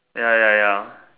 ya ya ya